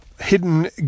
hidden